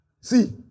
See